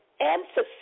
emphasis